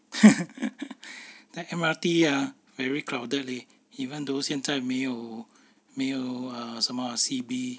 take M_R_T ah very crowded leh even though 现在没有没有 uh 什么 C_B